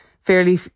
fairly